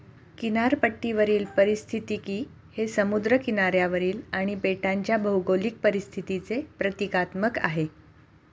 किनारपट्टीवरील पारिस्थितिकी हे समुद्र किनाऱ्यावरील आणि बेटांच्या भौगोलिक परिस्थितीचे प्रतीकात्मक आहे